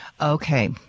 Okay